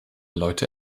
leute